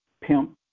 pimp